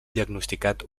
diagnosticat